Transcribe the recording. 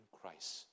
Christ